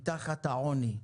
מתחתיו העוני.